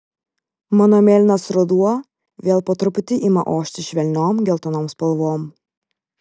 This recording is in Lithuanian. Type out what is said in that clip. mano mėlynas ruduo vėl po truputį ima ošti švelniom geltonom spalvom